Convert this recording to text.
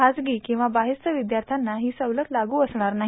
खाजगी किंवा बहिस्थ विद्यार्थ्याना ही सवलत लागू असणार नाही